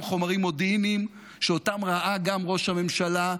חומרים מודיעיניים שאותם ראה גם ראש הממשלה,